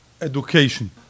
education